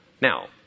Now